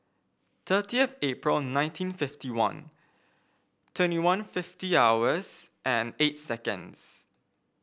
thirtieth April nineteen fifty one twenty one fifty hours and eight seconds